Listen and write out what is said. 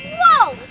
whoa!